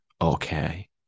okay